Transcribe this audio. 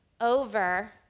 over